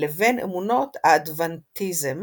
לבין אמונות האדוונטיזם